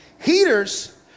Heaters